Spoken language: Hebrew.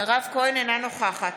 אינה נוכחת